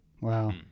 Wow